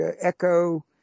echo